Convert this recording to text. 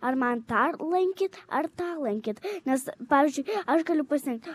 ar man tą lankyt ar tą lankyt nes pavyzdžiui aš galiu pasiimti